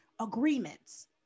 agreements